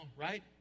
right